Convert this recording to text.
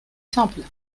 simple